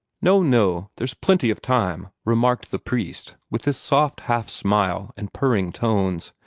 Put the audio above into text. no, no! there's plenty of time, remarked the priest, with his soft half-smile and purring tones.